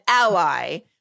ally